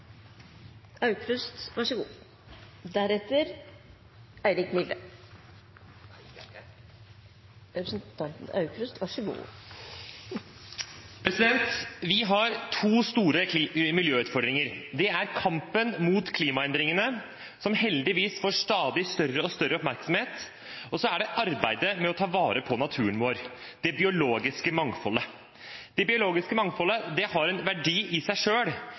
oppmerksomhet, og så er det arbeidet med å ta vare på naturen vår, det biologiske mangfoldet. Det biologiske mangfoldet har en verdi i seg